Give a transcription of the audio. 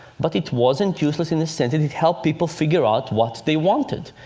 but it wasn't useless in the sense that it helped people figure out what they wanted.